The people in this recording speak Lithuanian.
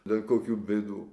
dėl kokių bėdų